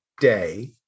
day